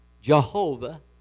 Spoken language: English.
Jehovah